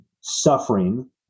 suffering